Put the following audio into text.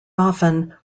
often